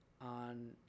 on